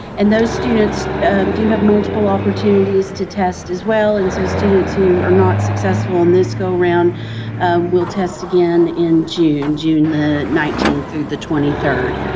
and those students do have multiple opportunities to test as well, and so, students who are not successful in this go-round will test again in june, june the nineteenth through the twenty third.